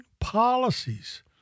policies